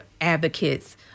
advocates